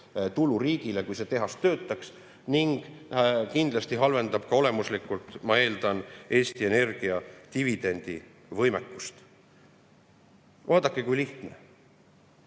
tulu, kui see tehas töötaks. Ning kindlasti halvendab see ka olemuslikult, ma eeldan, Eesti Energia dividendivõimekust. Vaadake, kui lihtne!